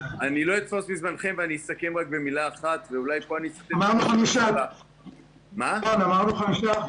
אני לא אתפוס מזמנכם ואני רק אסכם במילה אחת -- אז לא שמעתי,